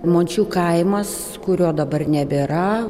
mončių kaimas kurio dabar nebėra